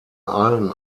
allen